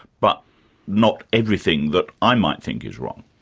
but not everything that i might think is wrong?